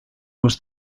was